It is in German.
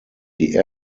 die